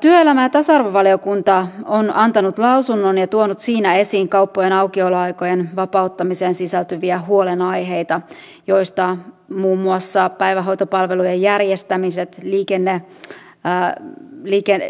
työelämä ja tasa arvovaliokunta on antanut lausunnon ja tuonut siinä esiin kauppojen aukioloaikojen vapauttamiseen sisältyviä huolenaiheita joista muun muassa päivähoitopalvelujen järjestämiset